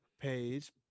page